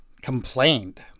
complained